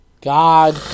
God